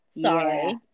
Sorry